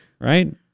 Right